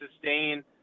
sustain